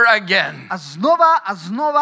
again